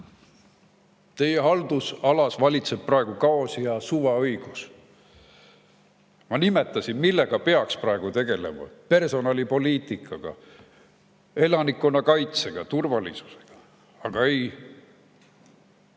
Teie haldusalas valitseb praegu kaos ja suvaõigus. Ma nimetasin, millega peaks praegu tegelema: personalipoliitikaga, elanikkonnakaitsega, turvalisusega. Aga ei.